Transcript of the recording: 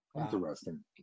interesting